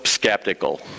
skeptical